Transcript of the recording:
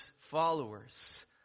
followers